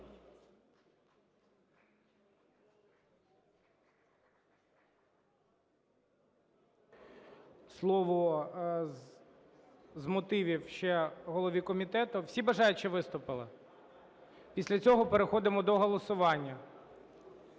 Слово з мотивів ще голові комітету. Всі бажаючі виступили? Після цього переходимо до голосування.